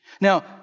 Now